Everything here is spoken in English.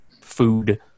food